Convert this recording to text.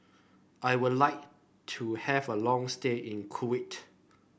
I would like to have a long stay in Kuwait